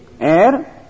air